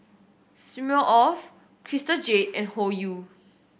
Smirnoff Crystal Jade and Hoyu